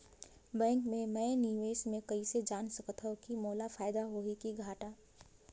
Bank मे मैं निवेश मे कइसे जान सकथव कि मोला फायदा होही कि घाटा?